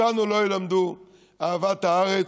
אותנו לא ילמדו אהבת הארץ,